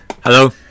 Hello